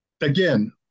again